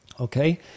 Okay